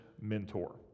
mentor